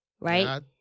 right